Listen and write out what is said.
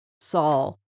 Saul